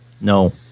No